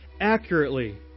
accurately